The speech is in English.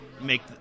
make